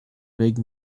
big